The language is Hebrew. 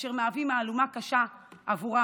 אשר מהווים מהלומה קשה עבורן